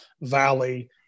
Valley